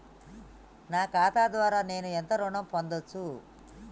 నా ఖాతా ద్వారా నేను ఎంత ఋణం పొందచ్చు?